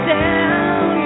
down